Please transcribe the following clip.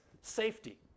safety